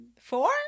Four